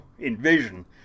envision